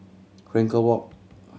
Frankel Walk